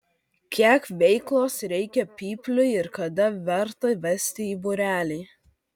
kiek veiklos reikia pypliui ir kada verta vesti į būrelį